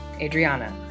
Adriana